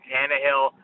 Tannehill